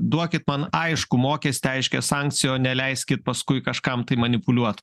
duokit man aiškų mokestį aiškią sankciją o ne leiskit paskui kažkam tai manipuliuot